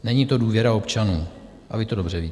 Není to důvěra občanů a vy to dobře víte.